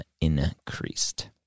increased